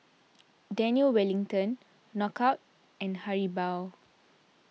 Daniel Wellington Knockout and Haribo